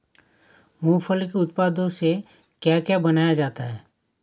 मूंगफली के उत्पादों से क्या क्या बनाया जाता है?